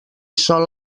sol